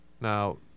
Now